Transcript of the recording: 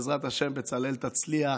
בעזרת השם, בצלאל, תצליח,